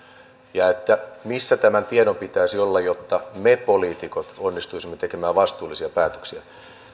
missä tämän tiedon pitäisi olla jotta me poliitikot onnistuisimme tekemään vastuullisia päätöksiä